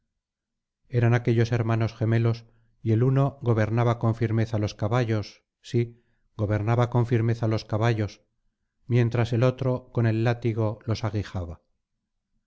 eran aquéllos hermanos gemelos y el uno gobernaba con firmeza los caballos sí gobernaba con firmeza los caballos mientras el otro con el látigo los aguijaba